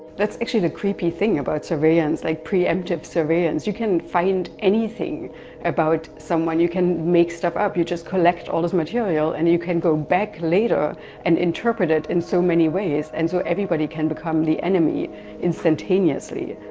that's actually the creepy thing about surveillance, like pre-emptive surveillance. you can find anything about someone. you can make stuff up. you just collect all this material and you can go back later and interpret it in so many ways, and so everybody can become the enemy instantaneously.